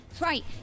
right